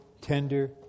tender